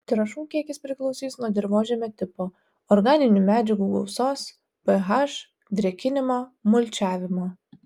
trąšų kiekis priklausys nuo dirvožemio tipo organinių medžiagų gausos ph drėkinimo mulčiavimo